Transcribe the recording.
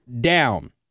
down